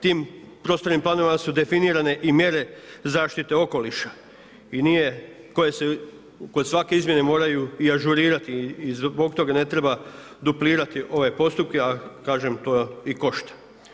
Tim prostornim planovima su definirane i mjere zaštite okoliša koje se kod svake izmjene moraju i ažurirati i zbog toga ne treba duplirati ove postupke, a kažem to i košta.